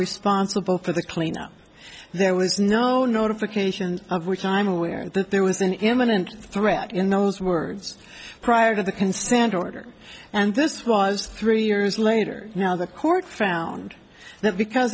we sponsible for the cleanup there was no notification of which i'm aware that there was an imminent threat in those words prior to the consent order and this was three years later now the court found that because